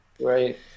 Right